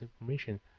information